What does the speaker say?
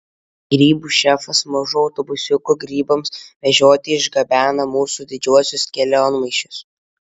grybų šefas mažu autobusiuku grybams vežioti išgabena mūsų didžiuosius kelionmaišius